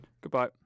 Goodbye